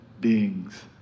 beings